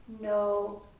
No